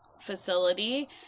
Facility